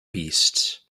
beasts